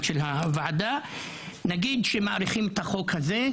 אם מאריכים את החוק הזה,